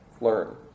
learn